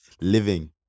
living